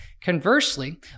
Conversely